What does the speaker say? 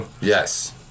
Yes